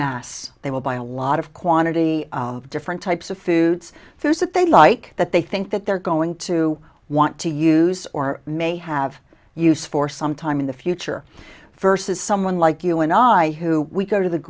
mass they will buy a lot of quantity of different types of foods those that they like that they think that they're going to want to use or may have use for sometime in the future versus someone like you and i who we go to the